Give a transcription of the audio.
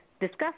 discuss